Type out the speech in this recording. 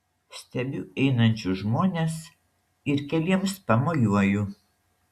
stebiu einančius žmones ir keliems pamojuoju